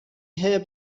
heb